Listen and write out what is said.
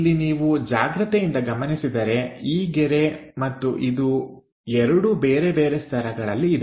ಇಲ್ಲಿ ನೀವು ಜಾಗ್ರತೆಯಿಂದ ಗಮನಿಸಿದರೆ ಈ ಗೆರೆ ಮತ್ತು ಇದು ಎರಡೂ ಬೇರೆಬೇರೆ ಸ್ತರಗಳಲ್ಲಿ ಇದೆ